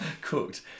Cooked